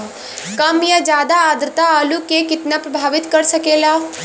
कम या ज्यादा आद्रता आलू के कितना प्रभावित कर सकेला?